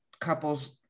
Couples